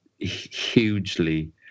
hugely